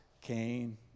Cain